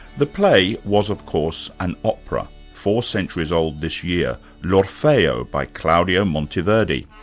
the play was, of course, an opera, four centuries old this year l'orfeo, by claudia monteverdi.